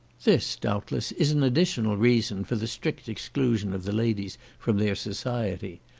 this doubtless is an additional reason for the strict exclusion of the ladies from their society.